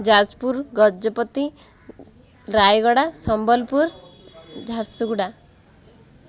Jajpur Gajapati Rayagada Sambalpur Jharsuguda